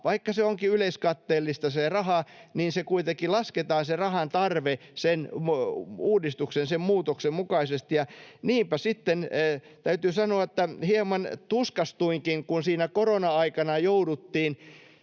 Vaikka se raha onkin yleiskatteellista, niin se rahan tarve kuitenkin lasketaan sen uudistuksen, sen muutoksen mukaisesti. Niinpä sitten, täytyy sanoa, hieman tuskastuinkin, kun siinä korona-aikana jouduttiin